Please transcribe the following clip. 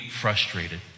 frustrated